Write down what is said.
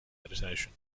meditation